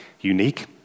unique